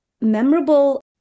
memorable